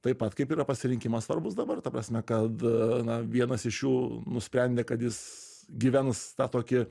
taip pat kaip yra pasirinkimas svarbus dabar ta prasme kad na vienas iš jų nusprendė kad jis gyvens tą tokį